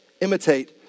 Imitate